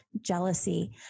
jealousy